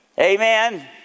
Amen